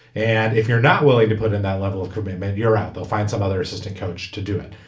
and if you're not willing to put in that level of commitment, you're out. they'll find some other assistant coach to do it.